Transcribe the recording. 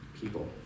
people